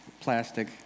Plastic